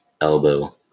elbow